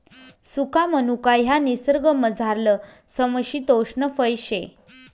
सुका मनुका ह्या निसर्गमझारलं समशितोष्ण फय शे